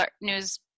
news